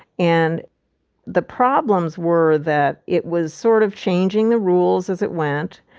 and the problems were that it was sort of changing the rules as it went.